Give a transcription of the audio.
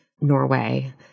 Norway